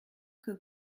que